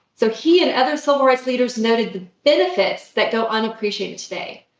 so, he and other civil rights leaders noted the benefits that go unappreciated today.